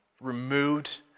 removed